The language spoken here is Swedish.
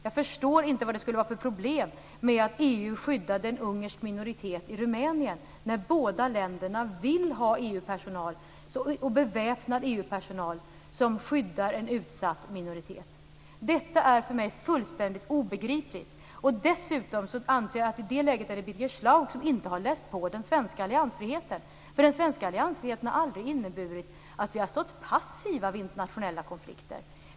Jag förstår inte vad det skulle vara för problem med att EU skyddar en ungersk minoritet i Rumänien när båda länderna vill ha beväpnad EU personal som skyddar en utsatt minoritet. Detta är för mig fullständigt obegripligt. I det läget anser jag dessutom att det är Birger Schlaug som inte har läst på den svenska alliansfriheten. Den svenska alliansfriheten har aldrig inneburit att vi har stått passiva vid internationella konflikter.